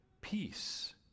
peace